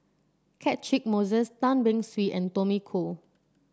Catchick Moses Tan Beng Swee and Tommy Koh